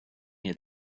near